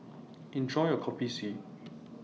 Enjoy your Kopi C